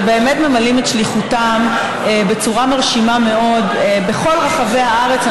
שממלאים את שליחותם בצורה מרשימה מאוד בכל רחבי הארץ.